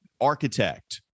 architect